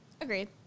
Agreed